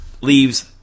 leaves